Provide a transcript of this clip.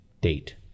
date